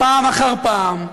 פעם אחר פעם: